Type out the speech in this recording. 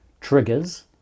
triggers